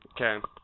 Okay